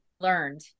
learned